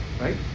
right